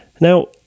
Now